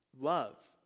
love